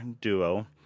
duo